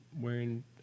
wearing